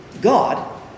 God